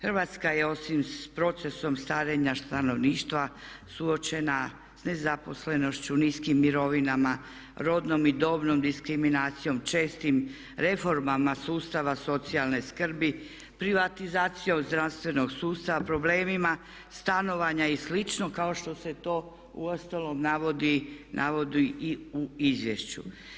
Hrvatska je osim s procesom starenja stanovništva suočena s nezaposlenošću, niskim mirovinama, rodnom i dobnom diskriminacijom, čestim reformama sustava socijalne skrbi, privatizacijom zdravstvenog sustava, problemima stanovanja i slično kao što se to uostalom navodi i u izvješću.